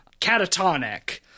catatonic